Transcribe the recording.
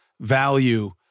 value